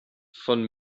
von